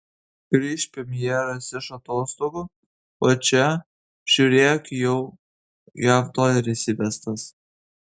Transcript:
grįš premjeras iš atostogų o čia žiūrėk jau jav doleris įvestas